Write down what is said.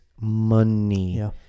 money